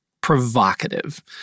provocative